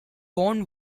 worn